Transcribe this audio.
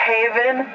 Haven